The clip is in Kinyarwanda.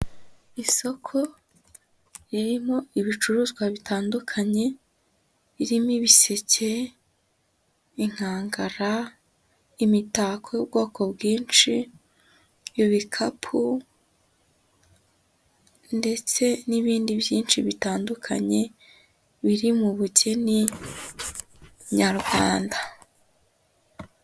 Isoko ririmo ibicuruzwa bitandukanye, ririmo ibiseke, inkangara, imitako y'ubwoko bwinshi, ibikapu, ndetse n'ibindi byinshi bitandukanye biri mu bugeni, Nyarwanda.